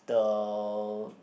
the